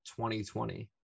2020